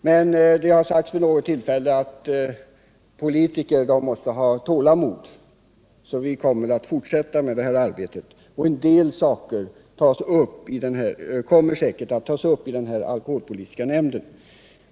Men det har sagts vid något tillfälle att politiker måste ha tålamod, så vi kommer väl att fortsätta med detta arbete. En del frågor kommer säkert att tas upp i den alkoholpolitiska nämnden.